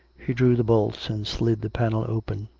he drew the bolts and slid the panel open.